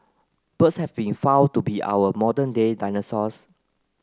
birds have been found to be our modern day dinosaurs